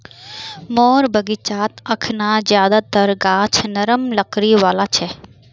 मोर बगीचात अखना ज्यादातर गाछ नरम लकड़ी वाला छ